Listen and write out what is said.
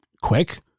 quick